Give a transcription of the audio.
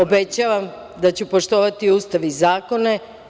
OBEĆAVAM DA ĆU POŠTOVATI USTAV I ZAKONE.